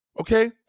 Okay